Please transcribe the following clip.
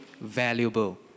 valuable